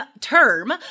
term